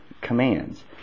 commands